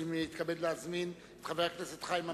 אני מתכבד להזמין את חבר הכנסת חיים אמסלם.